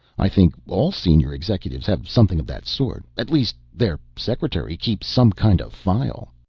i think all senior executives have something of that sort. at least, their secretary keeps some kind of file.